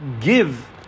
Give